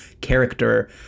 character